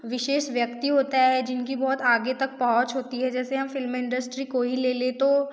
विशेष व्यक्ति होता है जिनकी आगे तक बहुत आगे तक पहुच होती है जैसे हम फ़िल्म इंडस्ट्री को ही ले लें तो